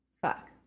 fuck